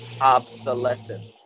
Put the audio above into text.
obsolescence